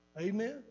Amen